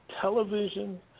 television